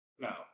No